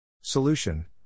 Solution